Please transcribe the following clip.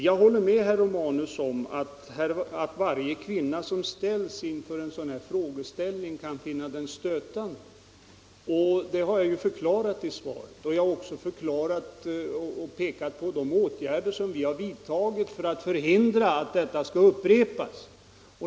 Jag håller med herr Romanus om att varje kvinna som ställs inför en sådan här fråga kan finna den stötande, och det har jag förklarat redan i svaret. Jag har också pekat på de åtgärder som vi har vidtagit för att förhindra att detta skall upprepas.